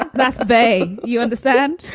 that's a way you understand?